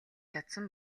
чадсан